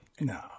No